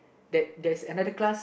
that there's another class